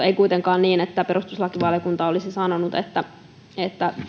ei kuitenkaan ollut niin että perustuslakivaliokunta olisi sanonut että että